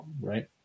right